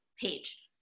page